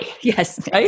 Yes